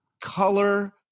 color